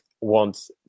wants